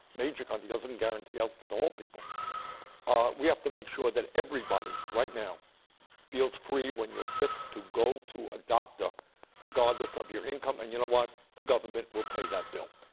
major country, that doesn't guarantee healthcare to all people we have to make sure that everybody right now feels free when you're sick to go to a doctor regardless of your income. and you know what? the government will pay that bill.